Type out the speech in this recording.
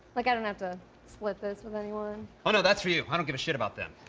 like i don't have to split this with anyone. oh, no, that's for you. i don't give a shit about them.